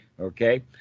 Okay